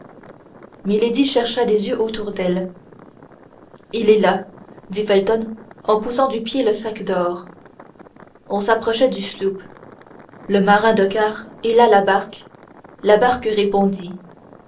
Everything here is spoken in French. chercha des yeux autour d'elle il est là dit felton en poussant du pied le sac d'or on s'approchait du sloop le marin de quart héla la barque la barque répondit